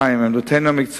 רבים הם המקרים